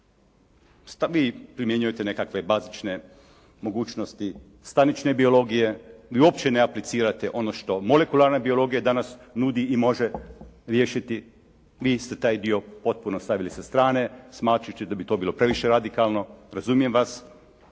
Vi primjenjujete nekakve bazične mogućnosti stanične biologije, vi uopće ne aplicirate ono što molekularna biologija danas nudi i može riješiti, vi ste taj dio potpuno stavili sa strane smatrajući da bi to bilo previše radikalno. Razumijem vas,